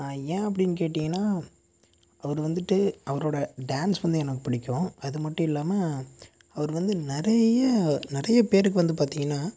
ஏன் அப்டினு கேட்டீங்கனா அவர் வந்துட்டு அவரோடய டான்ஸ் வந்து எனக்கு புடிக்கும் அது மட்டும் இல்லாமல் அவர் வந்து நிறைய நிறைய பேருக்கு வந்து பார்த்திங்கன்னா